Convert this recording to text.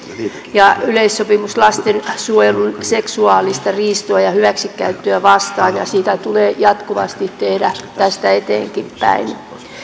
yleissopimus on lasten suojeluun seksuaalista riistoa ja hyväksikäyttöä vastaan ja ja sitä tulee jatkuvasti tehdä tästä eteenkinpäin